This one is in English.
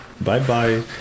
Bye-bye